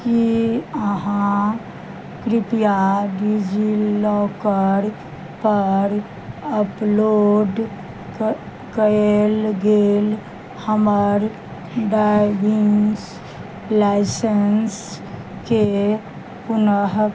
की अहाँ कृपया डिजिलॉकरपर अपलोड कऽ कयल गेल हमर ड्राइविंग लाइसेंसके पुनः